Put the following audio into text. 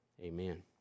amen